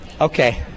Okay